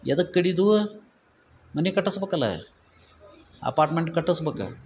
ಎದಕ್ಕೆ ಕಡಿದೆವು ಮನೆ ಕಟ್ಟಿಸ್ಬೇಕಲ್ಲ ಅಪಾರ್ಟ್ಮೆಂಟ್ ಕಟ್ಟಸ್ಬೇಕು